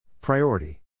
Priority